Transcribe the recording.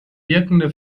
wirkende